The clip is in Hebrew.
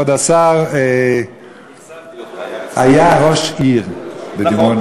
הרווחה, כבוד השר, היה ראש עיר בדימונה.